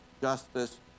justice